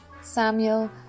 Samuel